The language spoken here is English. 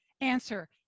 Answer